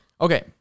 Okay